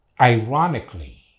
ironically